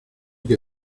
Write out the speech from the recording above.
que